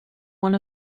one